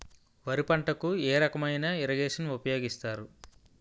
వరి పంటకు ఏ రకమైన ఇరగేషన్ ఉపయోగిస్తారు?